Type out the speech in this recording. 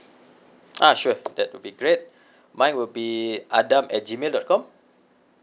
ah sure that would be great mine will be adam at gmail dot com